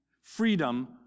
freedom